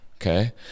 Okay